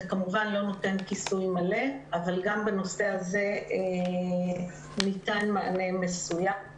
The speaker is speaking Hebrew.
זה כמובן לא נותן כיסוי מלא אבל גם בנושא הזה ניתן מענה מסוים.